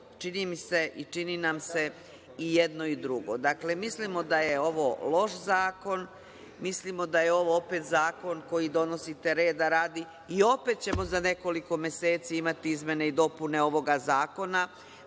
ka Evropi. Čini nam se i jedno i drugo. Dakle, mislimo da je ovo loš zakon, mislimo da je ovo opet zakon koji donosite reda radi i opet ćemo za nekoliko meseci imati izmene i dopune ovog zakona